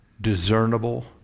discernible